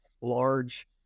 large